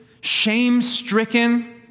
Shame-stricken